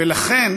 ולכן